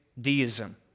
deism